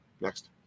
Next